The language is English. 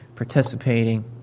Participating